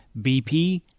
BP